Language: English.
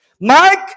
Mike